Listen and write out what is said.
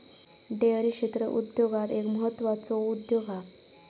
dairy क्षेत्र उद्योगांत एक म्हत्त्वाचो उद्योग हा